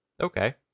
Okay